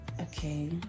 Okay